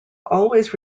always